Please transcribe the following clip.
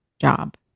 job